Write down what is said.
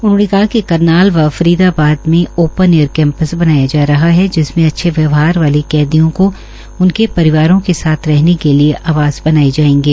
उन्होंने कहा कि करनाल व फरीदाबाद में ओपन एयर कम्पस बनाया जा रहा ह जिसमें अच्छे व्यवहार वाले कदियों को उनके परिवारों के साथ रहने के लिए आवास बनाए जायेंगे